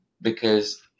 because-